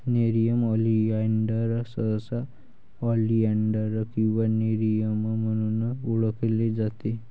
nerium oleander सहसा oleander किंवा nerium म्हणून ओळखले जाते